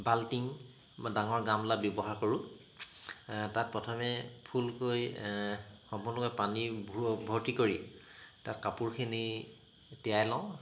বাল্টিং বা ডাঙৰ গামলা ব্যৱহাৰ কৰোঁ তাত প্ৰথমে ফুলকৈ সম্পূৰ্ণকৈ পানী ভু ভৰ্তি কৰি তাত কাপোৰখিনি তিয়াই লওঁ